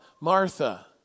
Martha